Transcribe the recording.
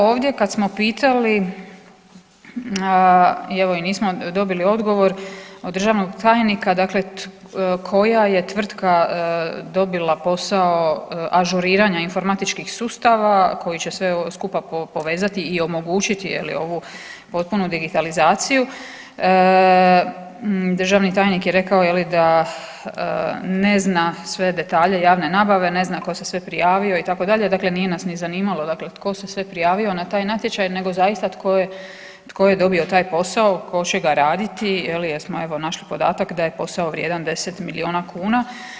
Ovdje kad smo pitali i evo nismo dobili odgovor od državnog tajnika, dakle koja je tvrtka dobila posao ažuriranja informatičkih sustava koji će sve ovo skupa povezati i omogućiti ovu potpunu digitalizaciju, državni tajnik je rekao da ne zna sve detalje javne nabave, ne zna tko se sve prijavio itd., dakle nije nas ni zanimalo tko se sve prijavo na taj natječaj nego zaista tko je dobio taj posao, tko će ga raditi je li jer smo evo našli podatak da je posao vrijedan 10 milijuna kuna.